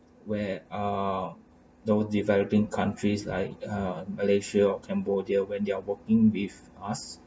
where ah those developing countries like uh malaysia or cambodia when they are working with us